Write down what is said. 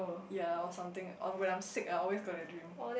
ya was something or when I am sick I always got the dream